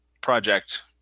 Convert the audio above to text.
project